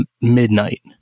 midnight